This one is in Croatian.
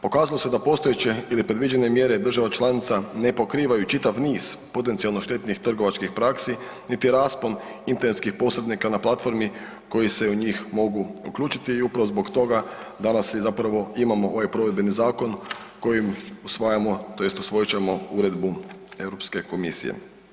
Pokazalo se da postojeće ili predviđene mjere država članica ne pokrivaju čitav niz potencijalno štetnih trgovačkih praksi niti raspon internetskih posrednika na platformi koji se u njih mogu uključiti i upravo zbog toga danas i zapravo imamo ovaj provedbeni zakon koji usvajamo tj. usvojit ćemo uredbu Europske komisije.